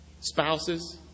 Spouses